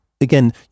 Again